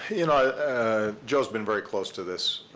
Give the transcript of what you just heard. you know ah joe has been very close to this,